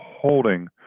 holding